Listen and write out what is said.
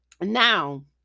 Now